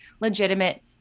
legitimate